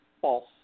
false